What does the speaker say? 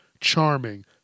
charming